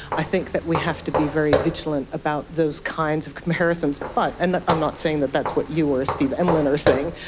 i think that we have to be very vigilant about those kinds of comparisons. but and i'm not saying that that's what you or steve emlen are saying,